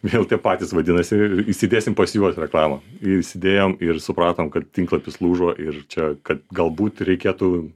vėl tie patys vadinasi įsidėsim pas juos reklamą įsidėjome ir supratom kad tinklapis lūžo ir čia kad galbūt ir reikėtų